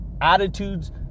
attitudes